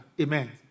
Amen